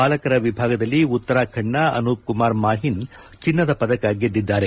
ಬಾಲಕರ ವಿಭಾಗದಲ್ಲಿ ಉತ್ತರಚಾಂಡನ ಅನೂಪ್ಕುಮಾರ್ ಮಾಹಿನ್ ಚಿನ್ನದ ಪದಕ ಗೆದ್ದಿದ್ದಾರೆ